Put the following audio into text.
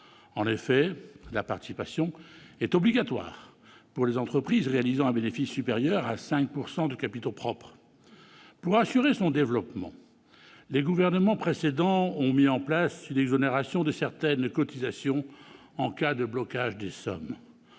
En effet, la participation est obligatoire pour les entreprises réalisant un bénéfice supérieur à 5 % de capitaux propres. Pour assurer son développement, les gouvernements précédents ont mis en place une exonération de certaines cotisations en cas de blocage des sommes.